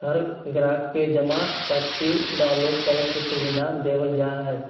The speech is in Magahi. हर ग्राहक के जमा पर्ची डाउनलोड करे के सुविधा देवल जा हई